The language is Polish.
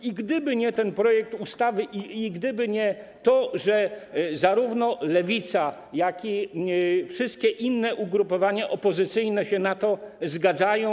I gdyby nie ten projekt ustawy, i gdyby nie to, że zarówno Lewica, jak i wszystkie inne ugrupowania opozycyjne się na to zgadzają.